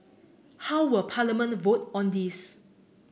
how will Parliament vote on this